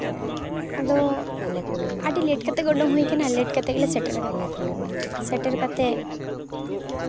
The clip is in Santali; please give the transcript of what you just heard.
ᱟᱫᱚ ᱟᱹᱰᱤ ᱞᱮᱴ ᱠᱟᱛᱮ ᱜᱮ ᱩᱰᱩᱝ ᱦᱩᱭ ᱠᱟᱱᱟ ᱞᱮᱴ ᱠᱟᱛᱮ ᱜᱮᱞᱮ ᱥᱮᱴᱮᱨ ᱠᱟᱫᱟ ᱥᱮᱴᱮᱨ ᱠᱟᱛᱮ